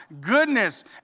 goodness